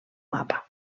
mapa